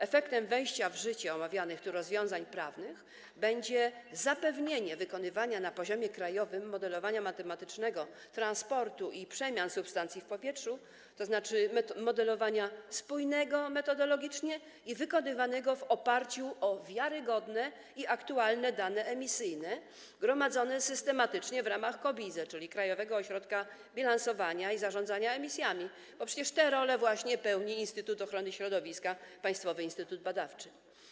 Efektem wejścia w życie omawianych tu rozwiązań prawnych będzie zapewnienie wykonywania na poziomie krajowym modelowania matematycznego transportu i przemian substancji w powietrzu, tzn. modelowania spójnego metodologicznie i wykonywanego w oparciu o wiarygodne i aktualne dane emisyjne gromadzone systematycznie w ramach KOBiZE, czyli Krajowego Ośrodka Bilansowania i Zarządzania Emisjami, bo przecież tę rolę właśnie odgrywa Instytut Ochrony Środowiska - Państwowy Instytut Badawczy.